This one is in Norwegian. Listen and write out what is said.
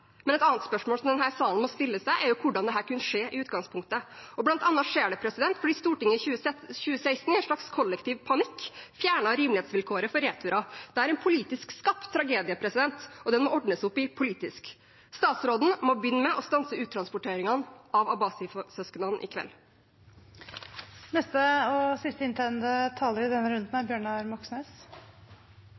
Men et annet spørsmål som denne salen må stille seg, er hvordan dette kunne skje i utgangspunktet. Blant annet skjer det fordi Stortinget i 2016, i en slags kollektiv panikk, fjernet rimelighetsvilkåret for returer. Dette er en politisk skapt tragedie, og den må ordnes opp i politisk. Statsråden må begynne med å stanse uttransporteringene av Abbasi-søsknene i kveld. I januar 2018 behandlet Stortinget et forslag fra SV, Miljøpartiet De Grønne og